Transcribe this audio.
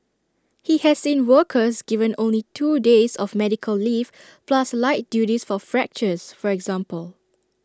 he has seen workers given only two days of medical leave plus light duties for fractures for example